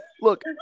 Look